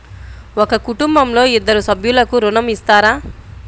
ఒక కుటుంబంలో ఇద్దరు సభ్యులకు ఋణం ఇస్తారా?